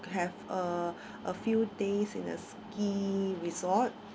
have a a few days in a ski resort